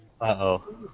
Uh-oh